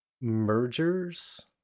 mergers